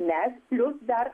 mes plius dar